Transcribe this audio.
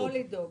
לא לדאוג,